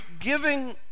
giving